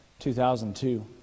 2002